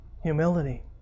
Humility